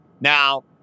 Now